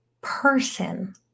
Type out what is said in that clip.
person